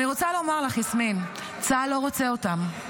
אני רוצה לומר לך, יסמין, צה"ל לא רוצה אותם.